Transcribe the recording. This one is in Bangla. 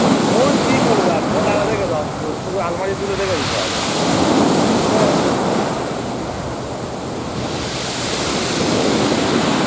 ফোন কী করবে আর ফোন আরও রেখে দাও ও আলমারি তুলে রেখে দিতে হবে হুম আছে